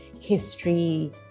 history